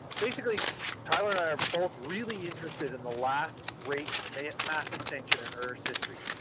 basically tyler and i are both really interested in the last great mass mass extinction in earth's history.